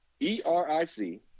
E-R-I-C